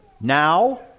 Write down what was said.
now